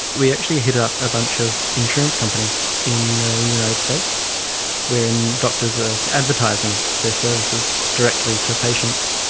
we actually hit up a bunch of insurance companies in the united states wherein doctors are advertising their services directly to patients.